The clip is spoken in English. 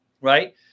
Right